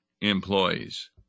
employees